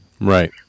Right